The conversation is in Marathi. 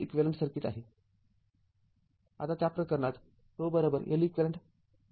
आता त्या प्रकरणात τ LeqR आहे